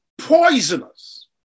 Poisonous